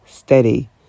Steady